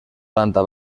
planta